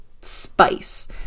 spice